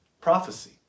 Prophecy